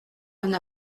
n’a